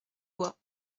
bois